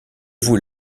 vous